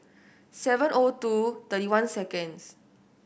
seven O two thirty one seconds